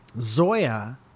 Zoya